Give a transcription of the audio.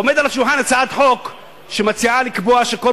עומדת על השולחן הצעת חוק שמציעה לקבוע שבכל